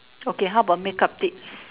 okay how about make up tips